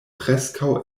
preskaŭ